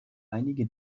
einige